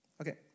Okay